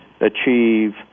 achieve